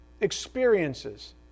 experiences